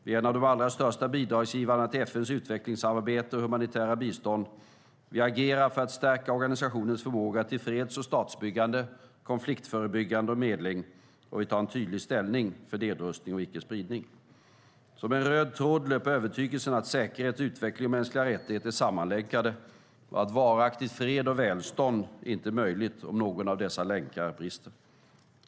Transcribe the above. Vi är en av de allra största bidragsgivarna till FN:s utvecklingssamarbete och humanitära bistånd. Vi agerar för att stärka organisationens förmåga till freds och statsbyggande, konfliktförebyggande och medling. Och vi tar tydlig ställning för nedrustning och icke-spridning. Som en röd tråd löper övertygelsen att säkerhet, utveckling och mänskliga rättigheter är sammanlänkade och att varaktig fred och välstånd inte är möjligt om någon av dessa länkar brister.